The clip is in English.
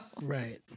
Right